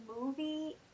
movie